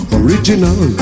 original